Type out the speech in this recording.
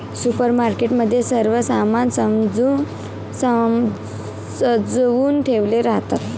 supermarket मध्ये सर्व सामान सजवुन ठेवले राहतात